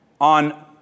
on